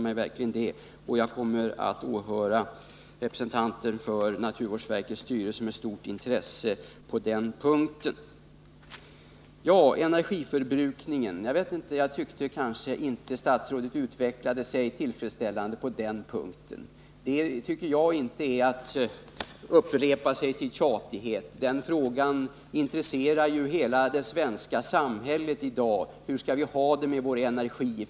Jag kommer att med stort intresse åhöra vad representanten för naturvårdsverkets styrelse har att anföra på den punkten. Vad sedan gäller frågan om energiförbrukningen tycker jag kanske inte att statsrådet utvecklade sitt resonemang på den punkten tillfredsställande. Att gå närmare in på denna fråga behöver, som jag ser det, inte innebära att man upprepar sig intill tjatighet, för frågan om hur vi skall ha det med vår energi i framtiden intresserar ju hela det svenska samhället i dag.